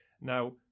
Now